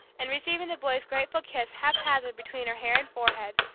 and receiving the boy's grateful kiss haphazard between her hair and forehead,